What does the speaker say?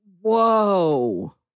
Whoa